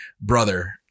brother